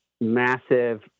massive